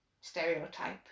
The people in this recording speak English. stereotype